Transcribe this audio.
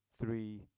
three